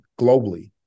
globally